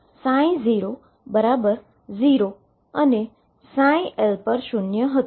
જે ψ 0 અને ψ પર શુન્ય હતી